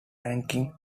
ranking